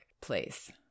place